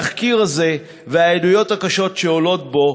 התחקיר הזה והעדויות הקשות שעולות בו